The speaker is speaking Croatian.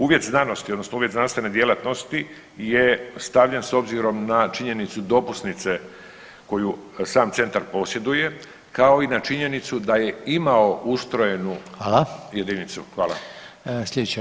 Uvjet znanosti odnosno uvjet znanstvene djelatnosti je stavljen s obzirom na činjenicu dopusnice koju sam centar posjeduje kao i na činjenicu da je imao ustrojenu [[Upadica: Hvala.]] jedinicu.